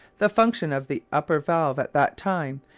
the function of the upper valve, at that time,